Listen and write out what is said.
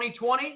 2020